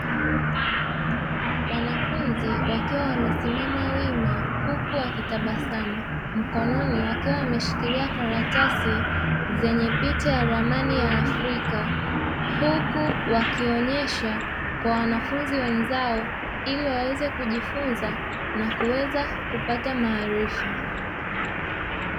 Wanafunzi wakiwa wamesimama wima huku wakitabasamu, mkononi wakiwa wameshikilia karatasi zenye picha ya ramani ya Afrika huku wakionyesha kwa wanafunzi wenzao ili waweze kujifunza na kupata maarifa.